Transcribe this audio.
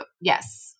Yes